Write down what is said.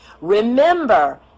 Remember